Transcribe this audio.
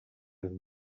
than